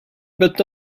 but